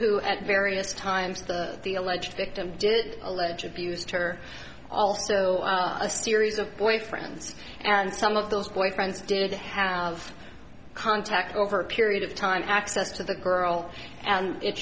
who at various times the alleged victim did allegedly used her also a series of boyfriends and some of those boyfriends did have contact over a period of time access to the girl and it